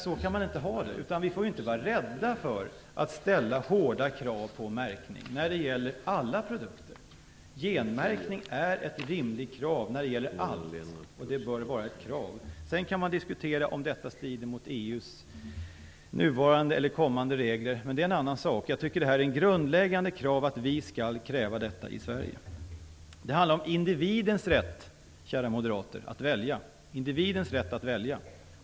Så kan man inte ha det. Vi får inte vara rädda för att ställa hårda krav på märkning när det gäller alla produkter. Genmärkning är ett rimligt krav när det gäller allt, och det bör vara ett krav. Sedan kan man diskutera om det strider mot EU:s nuvarande eller kommande regler, men det är en annan sak. Jag tycker att det är ett grundläggande krav att vi skall kräva detta i Sverige. Det handlar om individens rätt, kära moderater, att välja.